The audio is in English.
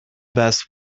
best